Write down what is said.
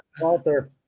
Walter